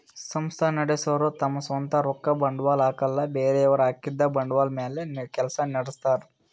ಸಂಸ್ಥಾ ನಡಸೋರು ತಮ್ ಸ್ವಂತ್ ರೊಕ್ಕ ಬಂಡ್ವಾಳ್ ಹಾಕಲ್ಲ ಬೇರೆಯವ್ರ್ ಹಾಕಿದ್ದ ಬಂಡ್ವಾಳ್ ಮ್ಯಾಲ್ ಕೆಲ್ಸ ನಡಸ್ತಾರ್